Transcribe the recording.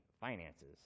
finances